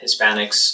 Hispanics